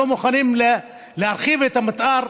לא מוכנים להרחיב את המתאר.